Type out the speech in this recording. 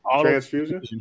Transfusion